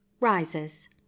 rises